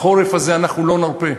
החורף הזה אנחנו לא נרפה.